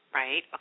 right